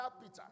Peter